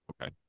Okay